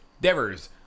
Devers